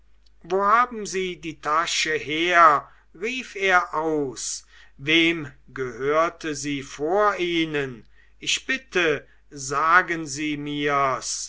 wo haben sie die tasche her rief er aus wem gehörte sie vor ihnen ich bitte sagen sie mir's